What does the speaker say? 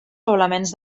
poblaments